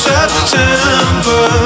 September